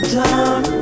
time